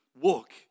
walk